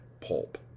pulp